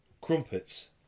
crumpets